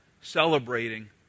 celebrating